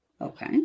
Okay